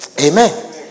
Amen